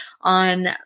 on